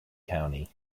county